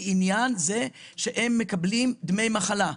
לעניין זה שהם מקבלים דמי מחלה.